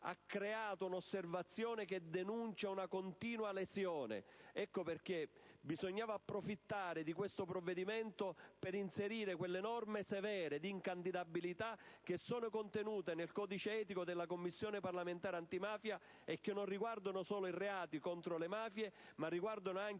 ha creato un osservatorio, che denuncia una continua lesione. Ecco perché bisognava approfittare di questo provvedimento per inserire quelle norme severe di incandidabilità che sono contenute nel codice etico della Commissione parlamentare antimafia e che non riguardano solo i reati contro le mafie, ma anche